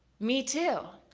me too.